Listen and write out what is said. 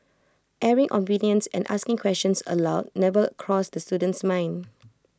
airing opinions and asking questions aloud never crossed this student's mind